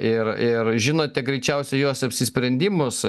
ir ir žinote greičiausiai jos apsisprendimus